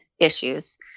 issues